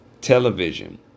television